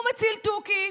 הוא מציל תוכי,